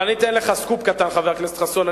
אבל אני אתן לך סקופ קטן, חבר הכנסת חסון.